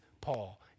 Paul